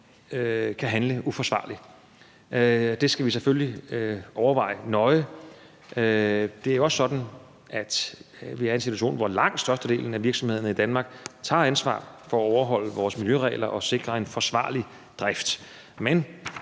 kan handle uforsvarligt. Det skal vi selvfølgelig overveje nøje. Det er også sådan, at vi er i en situation, hvor langt størstedelen af virksomhederne i Danmark tager ansvar for at overholde vores miljøregler og sikre en forsvarlig drift.